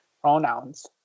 pronouns